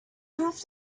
have